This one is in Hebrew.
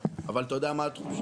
אבל אתה יודע מה התחושה,